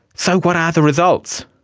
so what are the results?